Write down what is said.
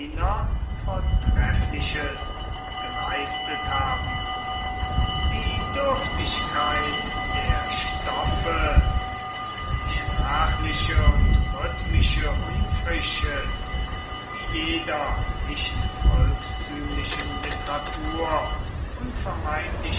vortreffliches geleistet haben die dürftigkeit der stoffe und die sprachliche und rhythmische unfrische die jeder nicht volkstümlichen literatur unvermeidlich